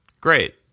great